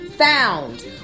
found